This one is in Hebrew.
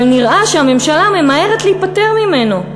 אבל נראה שהממשלה ממהרת להיפטר ממנו.